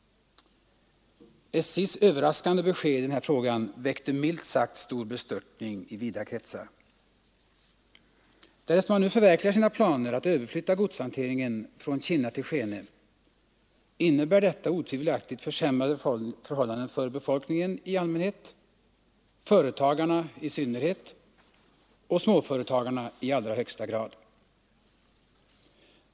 SJ:s överraskande besked i denna fråga väckte milt sagt stor bestörtning i vida kretsar. Därest man nu förverkligar sina planer att överflytta godshanteringen från Kinna till Skene, innebär detta otvivelaktigt försämrade förhållanden för befolkningen i allmänhet, för företagarna i synnerhet och för småföretagarna i allra högsta grad.